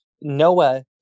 Noah